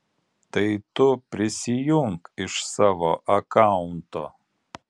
tai tu prisijunk iš savo akaunto